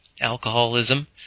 alcoholism